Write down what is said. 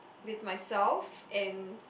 with myself and